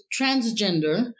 transgender